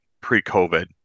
pre-covid